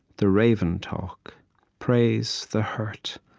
the raven talk praise the hurt,